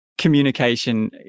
Communication